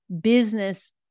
business